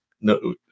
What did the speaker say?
No